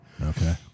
Okay